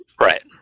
right